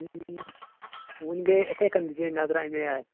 وُنہِ گٔیے یِتھٕے کٔنۍ دِژیاے نظرا اَمی آیہِ